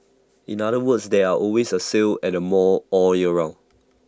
in other words there are always A sale at the mall all year round